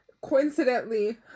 coincidentally